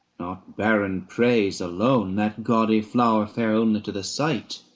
not barren praise alone, that gaudy flower, fair only to the sight,